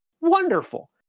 wonderful